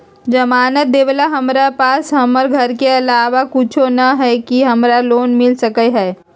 जमानत देवेला हमरा पास हमर घर के अलावा कुछो न ही का हमरा लोन मिल सकई ह?